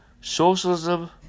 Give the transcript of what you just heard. socialism